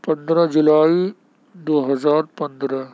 پندرہ جولائی دو ہزار پندرہ